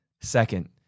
Second